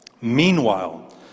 Meanwhile